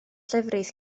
llefrith